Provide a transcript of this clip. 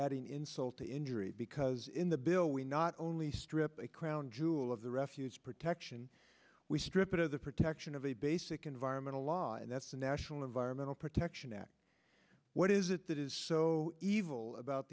adding insult to injury because as in the bill we not only strip the crown jewel of the refuse protection we strip it of the protection of a basic environmental law and that's a national environmental protection act what is it that is so evil about